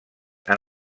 han